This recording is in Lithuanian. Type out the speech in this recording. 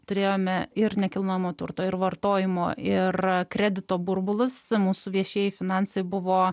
turėjome ir nekilnojamo turto ir vartojimo ir kredito burbulus mūsų viešieji finansai buvo